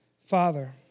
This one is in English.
Father